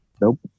Nope